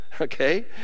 okay